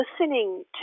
listening